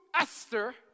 Esther